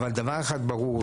אבל דבר אחד ברור,